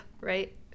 right